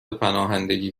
پناهندگی